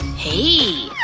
hey!